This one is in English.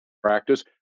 practice